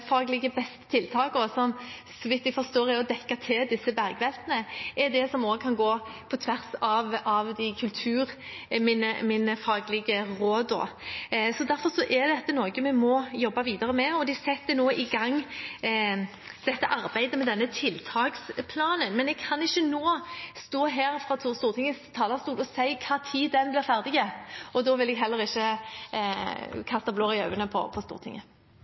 som så vidt jeg forstår er å dekke til disse bergveltene, er det som også kan gå på tvers av de kulturminnefaglige rådene. Derfor er dette noe vi må jobbe videre med, og de setter nå i gang arbeidet med denne tiltaksplanen. Men jeg kan ikke nå stå her på Stortingets talerstol og si når den blir ferdig, og da vil jeg heller ikke kaste blår i øynene på Stortinget.